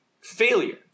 failure